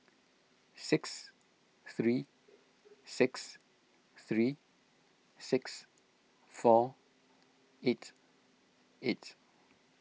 six three six three six four eight eight